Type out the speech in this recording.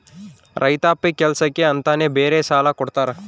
ರೈತಾಪಿ ಕೆಲ್ಸಕ್ಕೆ ಅಂತಾನೆ ಬೇರೆ ಸಾಲ ಕೊಡ್ತಾರ